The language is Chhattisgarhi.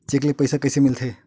चेक ले पईसा कइसे मिलथे?